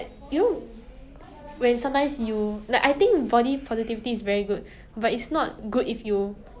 ya like you know I ever saw an advertisement that says something like why would you want skin and bones when you can have like curves